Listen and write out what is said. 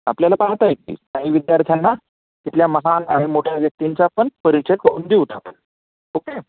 आपल्याला पाहता येतील काही विद्यार्थ्यांना तिथल्या महान आणि मोठ्या व्यक्तींचा पण परिचय करून देऊत आपण ओके